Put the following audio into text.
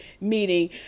meeting